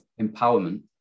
empowerment